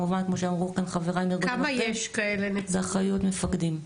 כמו שאמרו כאן חבריי --- באחריות מפקדים.